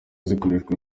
zikoreshwa